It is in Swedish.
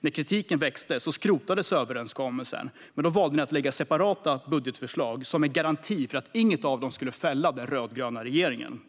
När kritiken växte skrotades överenskommelsen, men då valde ni att lägga fram separata budgetförslag som en garanti för att inget av dem skulle fälla den rödgröna regeringen.